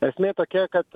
esmė tokia kad